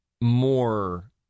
more